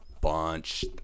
bunch